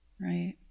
Right